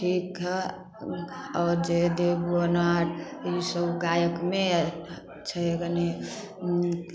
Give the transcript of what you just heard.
ठीक हइ आओर जे देबगन आर ईसब गायकमे छै गने